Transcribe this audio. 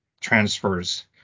transfers